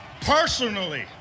personally